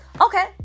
Okay